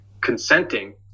consenting